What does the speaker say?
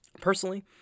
Personally